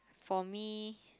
for me